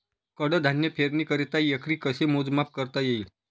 कडधान्य पेरणीकरिता एकरी कसे मोजमाप करता येईल?